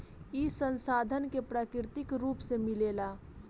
ई संसाधन के प्राकृतिक रुप से मिलेला